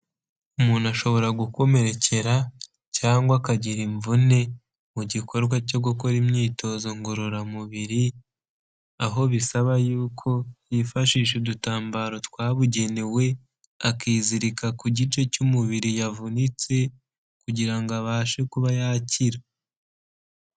Umuntu ashobora gukomerekera cyangwa akagira imvune mu gikorwa cyo gukora imyitozo ngororamubiri aho bisaba yuko yifashisha udutambaro twabugenewe, akizirika ku gice cy'umubiri yavunitse kugira ngo abashe kuba yakira.